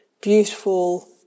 beautiful